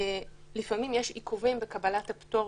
לפעמים יש עיכובים בקבלת הפטור